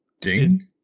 Ding